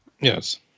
Yes